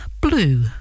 blue